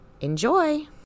Enjoy